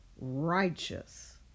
righteous